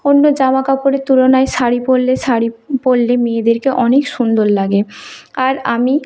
অন্য জামা কাপড়ের তুলনায় শাড়ি পরলে শাড়ি পরলে মেয়েদেরকে অনেক সুন্দর লাগে আর আমি